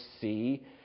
see